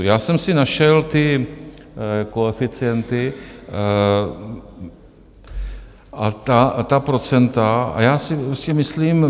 Já jsem si našel ty koeficienty a ta procenta a já si myslím...